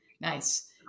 Nice